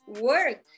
work